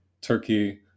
Turkey